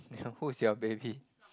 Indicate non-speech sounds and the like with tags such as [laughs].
[laughs] who's your baby